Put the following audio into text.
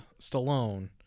Stallone